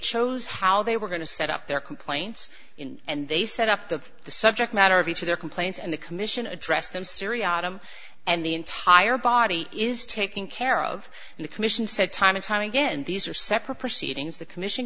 chose how they were going to set up their complaints and they set up of the subject matter of each of their complaints and the commission addressed them syria autumn and the entire body is taking care of the commission said time and time again these are separate proceedings the commission